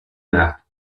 marques